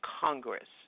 Congress